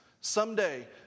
someday